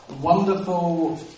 wonderful